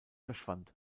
verschwand